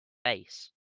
bass